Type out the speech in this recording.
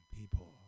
people